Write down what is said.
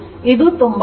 ಇದು ತುಂಬಾ ಸುಲಭ